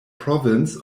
province